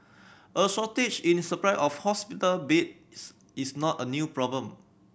a shortage in supply of hospital beds is not a new problem